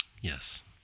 yes